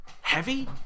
heavy